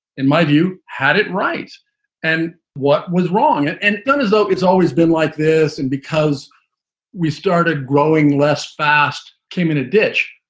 in my view, had it right and what was wrong and and done as though it's always been like this. and because we started growing less fast, came in a ditch,